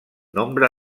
nombre